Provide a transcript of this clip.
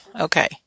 Okay